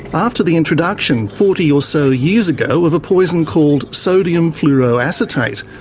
after the introduction forty or so years ago of a poison called sodium fluoroacetate,